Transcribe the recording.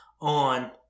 on